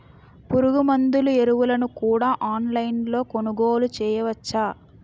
పురుగుమందులు ఎరువులను కూడా ఆన్లైన్ లొ కొనుగోలు చేయవచ్చా?